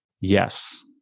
Yes